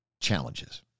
challenges